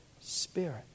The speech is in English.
Spirit